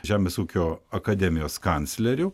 žemės ūkio akademijos kancleriu